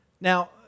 Now